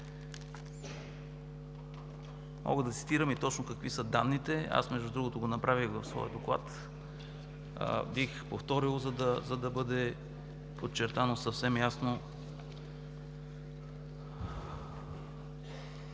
Мога да цитирам и точно какви са данните. Между другото го направих в своя доклад. Бих повторил, за да бъде подчертано съвсем ясно